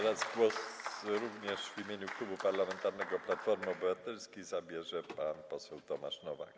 Również w imieniu Klubu Parlamentarnego Platforma Obywatelska głos zabierze pan poseł Tomasz Nowak.